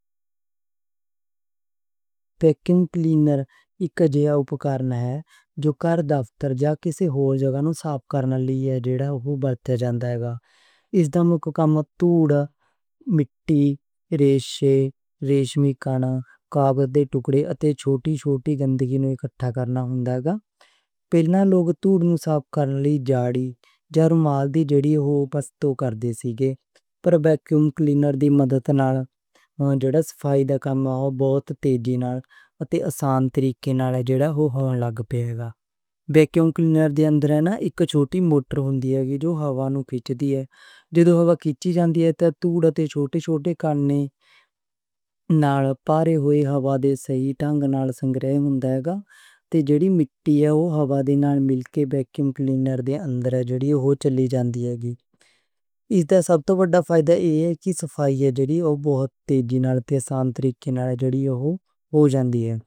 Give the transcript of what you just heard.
کلینر اک جیا اوپکارن ہے جو کار دفتر جا کسے ہور جگہ نوں صاف کرنا لئی ہے جڑا او ورتیا جاندا ہے گا۔ اس دا مکھ کام ٹوڈ، مٹی، ریشے، ریشمی کانا، کاغذ دے ٹکڑے اتے چھوٹی چھوٹی گندگی نوں اکٹھا کرنا ہوندا ہے گا۔ پہلاں لوک ٹوڈ نوں صاف کرنے لئی جھاڑو، جرومال دی جڑی اوہ ورتوں کر دے سن۔ پر ویکیوم کلینر دی مدد نال صفائی کم بہت تیزی نال اتے آسانی طریقے نال ہو ہو لگ بھگ۔ ویکیوم کلینر دے اندر اک چھوٹی موٹر ہوندی ہے جو ہوا نوں کھِچ دی ہے۔ جدوں ہوا کھِچ دی جان دی ہے تے ٹوڈ دے چھوٹے چھوٹے کن نال بھرے ہوئے ہوا دے شیدھنگ نال سنگھرہ ہو جاوے گا تے جو مٹی ہے او ہوا دے نال بل کے ویکیوم کلینر دے اندر چل دی جا چل دی ہے۔ اس دا سب توں وڈا فائدہ ہے کہ صفائی جو ہے او بہت تیزی نال تے آسانی طریقے نال ہو جان دی ہے۔